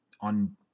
on